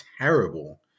terrible